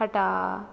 ਹਟਾ